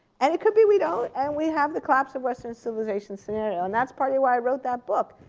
and it could be we don't, and we have the collapse of western civilization scenario. and that's partly why i wrote that book.